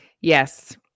Yes